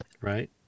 Right